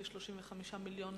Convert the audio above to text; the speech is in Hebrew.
כ-35 מיליון,